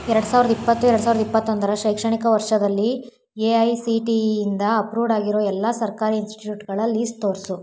ಎರಡು ಸಾವಿರದ ಇಪ್ಪತ್ತು ಎರಡು ಸಾವಿರದ ಇಪ್ಪತ್ತೊಂದರ ಶೈಕ್ಷಣಿಕ ವರ್ಷದಲ್ಲಿ A I C T E ಇಂದ ಅಪ್ರೂವ್ಡ್ ಆಗಿರೊ ಎಲ್ಲ ಸರ್ಕಾರಿ ಇನ್ಸ್ಟಿಟ್ಯೂಟ್ಗಳ ಲೀಸ್ಟ್ ತೋರಿಸು